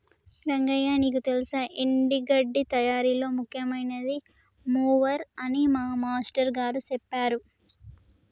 రంగయ్య నీకు తెల్సా ఎండి గడ్డి తయారీలో ముఖ్యమైనది మూవర్ అని మా మాష్టారు గారు సెప్పారు